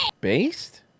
Based